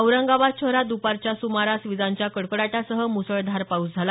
औरंगाबाद शहरात द्पारच्या सुमारास विजांच्या कडकडाटासह मुसळधार पाऊस झाला